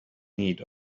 need